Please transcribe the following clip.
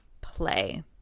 play